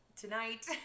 tonight